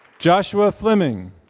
joshua fleming.